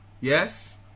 yes